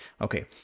Okay